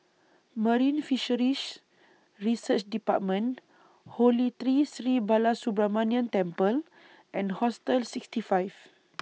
Marine Fisheries Research department Holy Tree Sri Balasubramaniar Temple and Hostel sixty five